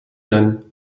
dunn